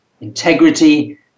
integrity